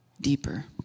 deeper